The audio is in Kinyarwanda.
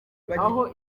aho